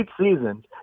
seasons